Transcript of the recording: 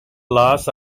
loss